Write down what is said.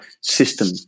system